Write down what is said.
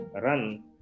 run